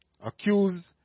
accuse